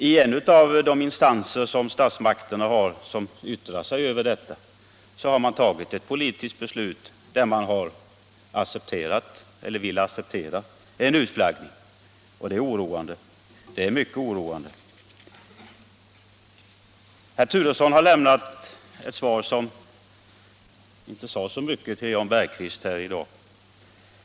En av de statliga instanser som brukar yttra sig över sådana frågor har tagit ett politiskt beslut, enligt vilket man vill acceptera utflaggning. Det är oroande, mycket oroande. Herr Turesson har i dag till herr Jan Bergqvist lämnat ett svar som inte sade så mycket.